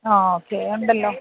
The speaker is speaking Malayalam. ആ ഓക്കെ ഉണ്ടല്ലോ